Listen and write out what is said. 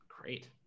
Great